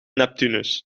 neptunus